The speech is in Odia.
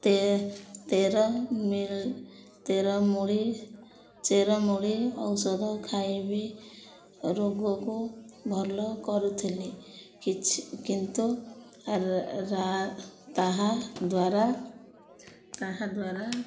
ତେ ତେର ତେର ମୁଳି ଚେରମୂଳି ଔଷଧ ଖାଇବି ରୋଗକୁ ଭଲ କରୁଥିଲି କିଛି କିନ୍ତୁ ରା ତାହା ଦ୍ୱାରା ତାହାଦ୍ୱାରା